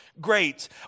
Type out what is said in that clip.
great